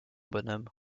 bonhomme